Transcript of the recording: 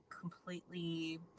completely